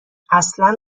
اصلا